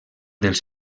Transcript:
dels